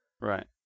right